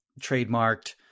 trademarked